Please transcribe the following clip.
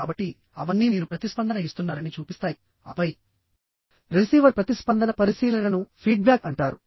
కాబట్టి అవన్నీ మీరు ప్రతిస్పందన ఇస్తున్నారని చూపిస్తాయి ఆపై రిసీవర్ ప్రతిస్పందన పరిశీలనను ఫీడ్బ్యాక్ అంటారు